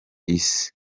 isi